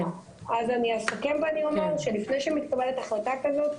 אז אני אסכם ואומר שלפני שמתקבלת החלטה כזאת,